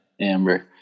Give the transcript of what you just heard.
Amber